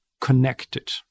connected